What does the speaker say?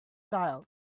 child